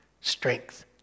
Strength